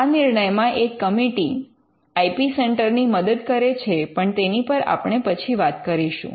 આ નિર્ણયમાં એક કમિટી આઇ પી સેન્ટર ની મદદ કરે છે પણ તેની પર આપણે પછી વાત કરીશું